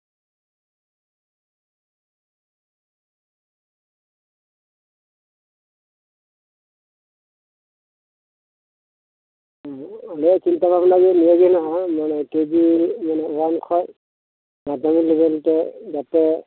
ᱱᱚᱶᱟ ᱩᱭᱦᱟᱹᱨ ᱵᱷᱟᱵᱱᱟ ᱫᱚ ᱱᱚᱣᱟᱜᱮ ᱠᱮᱡᱤ ᱚᱣᱟᱱ ᱠᱷᱚᱱ ᱢᱟᱫᱽᱫᱷᱚᱢᱤᱠ ᱫᱷᱟᱵᱤᱡ